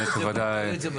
מנהלת הוועדה תעלי את זה,